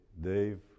Dave